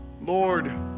Lord